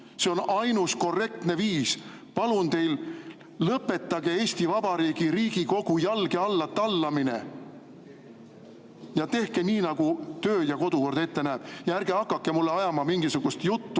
See on ainus korrektne viis. Palun teid, lõpetage Eesti Vabariigi Riigikogu jalge alla tallamine ja tehke nii, nagu kodu- ja töökord ette näeb! Ja ärge hakake mulle ajama mingisugust juttu,